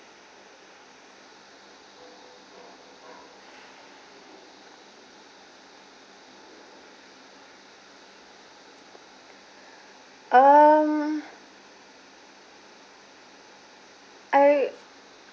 um I